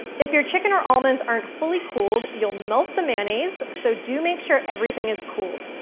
if your chicken or almonds aren't fully cooled, you'll melt the mayonnaise, so do make sure everything is cooled.